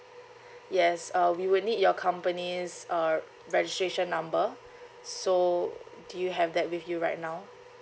yes uh we would need your company's uh registration number so do you have that with you right now